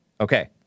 Okay